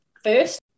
first